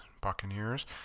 Buccaneers